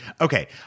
Okay